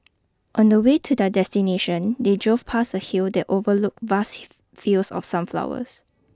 on the way to their destination they drove past a hill that overlooked vast fields of sunflowers